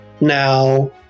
Now